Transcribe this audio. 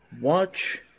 Watch